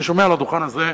אני שומע מעל הדוכן הזה,